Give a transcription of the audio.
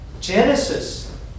Genesis